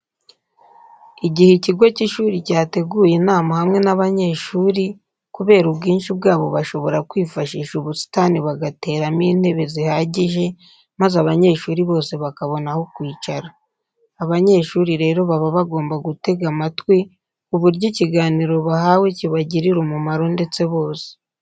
Igihe icyigo cy'ishuri cyateguye inama hamwe n'abanyeshuri kubera ubwinshi bwabo bashobora kwifashisha ubusitani bagateramo intebe zihagije maze abanyeshuri bose bakabona aho kwicara. Abanyeshuri rero baba bagomba gutega amatwi ku buryo ikiganiro bahawe kibagirira umumaro ndetse bose.